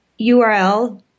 URL